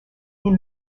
est